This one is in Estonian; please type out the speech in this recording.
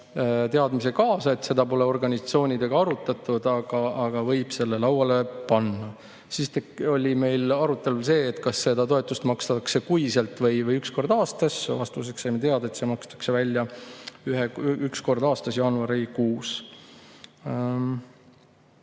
teadmise kaasa, seda pole organisatsioonidega arutatud, aga võib selle lauale panna. Siis oli meil arutelul see, kas seda toetust makstakse kuiselt või üks kord aastas. Vastuseks saime teada, et see makstakse välja üks kord aastas, jaanuarikuus.